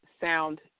sound